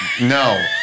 no